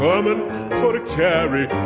um and for to carry